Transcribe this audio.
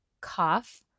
cough